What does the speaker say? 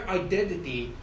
identity